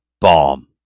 bomb